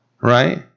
right